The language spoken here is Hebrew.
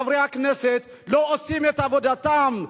חברי הכנסת לא עושים את עבודתם,